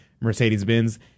Mercedes-Benz